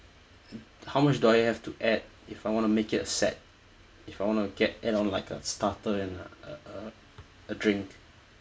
how much do I have to add if I want to make it a set if I wanna get add on like a starter and uh a drink